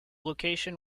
location